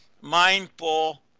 mindful